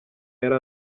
yari